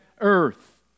earth